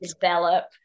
develop